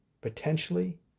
potentially